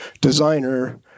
designer